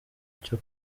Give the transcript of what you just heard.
cyo